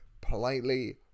politely